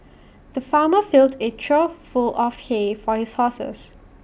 the farmer filled A trough full of hay for his horses